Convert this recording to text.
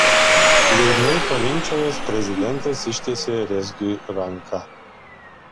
liūdnai palinkčiojęs prezidentas ištiesė rezgiui ranką